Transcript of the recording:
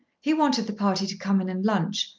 he wanted the party to come in and lunch,